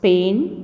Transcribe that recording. Spain